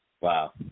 Wow